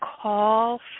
call